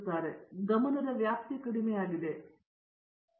ಪ್ರತಾಪ್ ಹರಿಡೋಸ್ ಈ ದಿನಗಳಲ್ಲಿ ಸಾಮಾನ್ಯವಾಗಿ ಮಾತನಾಡುತ್ತಾರೆ